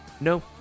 No